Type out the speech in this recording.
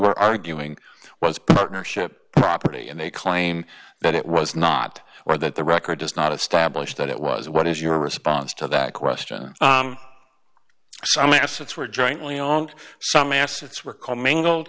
were arguing was partnership property and they claim that it was not or that the record does not establish that it was what is your response to that question unless it's were jointly owned some assets were commingled